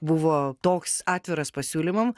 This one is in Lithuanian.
buvo toks atviras pasiūlymam